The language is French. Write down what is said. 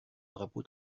drapeau